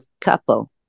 couple